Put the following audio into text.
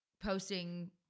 posting